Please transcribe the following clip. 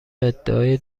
ادعای